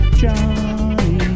Johnny